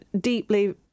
deeply